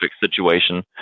situation